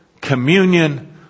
communion